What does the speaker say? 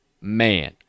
man